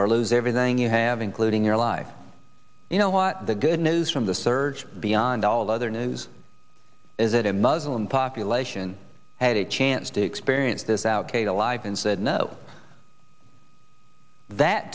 or lose everything you have including your life you know what the good news from the search beyond all other news is that a muslim population had a chance to experience this out kate alive and said no that